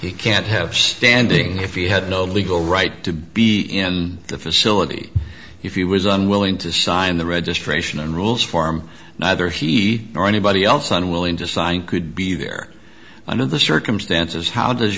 you can't have standing if you had no legal right to be in the facility if you was unwilling to sign the registration rules form neither he nor anybody else unwilling to sign could be there under the circumstances how does